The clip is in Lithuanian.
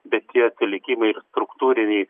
bet tie atsilikimai ir struktūriniai